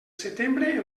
setembre